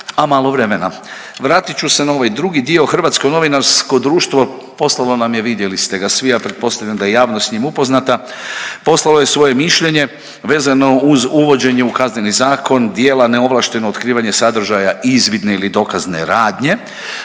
a malo vremena. Vratit ću se na ovaj drugi dio Hrvatsko novinarsko društvo poslalo nam je, vidjeli ste ga svi, ja pretpostavljam da je javnost s njim upoznata. Poslalo je svoje mišljenje vezano uz uvođenje u Kazneni zakon djela neovlašteno otkrivanje sadržaja izvidne ili dokazne radnje.